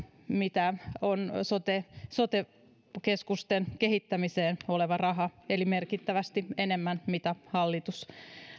mitä on sote sote keskusten kehittämiseen on merkittävästi enemmän kuin mitä hallitus